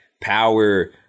power